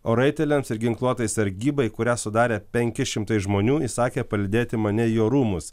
o raiteliams ir ginkluotai sargybai kurią sudarė penki šimtai žmonių įsakė palydėti mane į jo rūmus